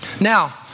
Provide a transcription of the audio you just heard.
Now